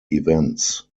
events